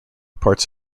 parts